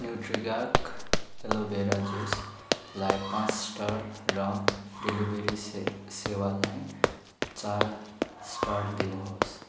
Nutriorg aloe vera जुसलाई पाँच star र डेलिभरी से सेवालाई चार स्टार दिनुहोस्